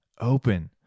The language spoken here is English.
open